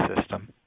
system